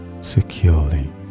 securely